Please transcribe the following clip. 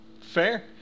Fair